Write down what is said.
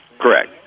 Correct